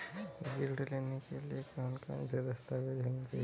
ऋण लेने के लिए कौन कौन से दस्तावेज होने चाहिए?